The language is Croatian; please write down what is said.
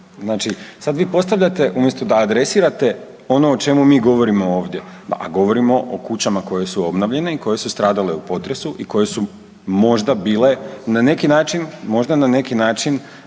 Znači sad vi postavljate, umjesto da adresirate ono o čemu mi govorimo ono o čemu mi govorimo ovdje a govorimo o kućama koje su obnovljene i koje su stradale u potresu i koje su možda bile na neki način, možda na neki način